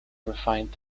refined